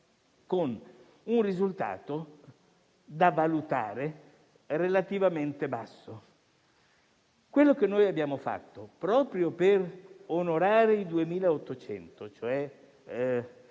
con un risultato da valutare relativamente basso. Quello che abbiamo fatto, proprio per onorare i 2.800